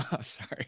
sorry